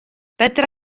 fedra